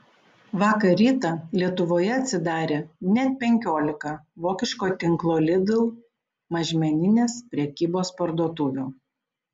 vakar rytą lietuvoje atsidarė net penkiolika vokiško tinklo lidl mažmeninės prekybos parduotuvių